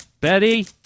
Betty